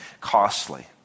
costly